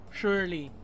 surely